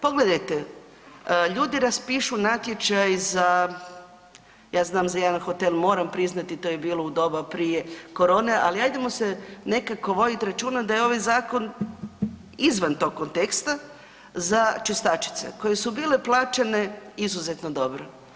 Pogledajte, ljudi raspišu natječaj za, ja znam za jedan hotel, moram priznati, to je bilo u doba prije korone, ali ajdemo se nekako voditi računa da je ovaj zakon izvan tog konteksta za čistačice, koje su bile plaćene izuzetno dobro.